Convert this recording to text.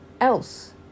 else